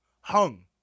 Hung